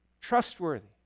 trustworthy